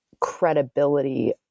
credibility